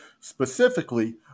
Specifically